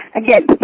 again